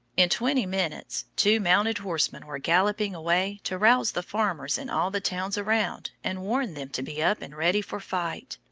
in twenty minutes, two mounted horsemen were galloping away to rouse the farmers in all the towns around and warn them to be up and ready for fight.